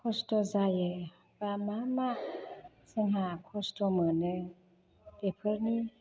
खस्थ' जायो बा मा मा जोंहा खस्थ' मोनो बेफोरनि